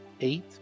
Eight